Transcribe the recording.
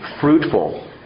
fruitful